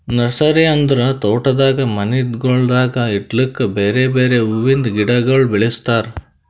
nursery ಅಂದುರ್ ತೋಟದಾಗ್ ಮನಿಗೊಳ್ದಾಗ್ ಇಡ್ಲುಕ್ ಬೇರೆ ಬೇರೆ ಹುವಿಂದ್ ಗಿಡಗೊಳ್ ಬೆಳುಸ್ತಾರ್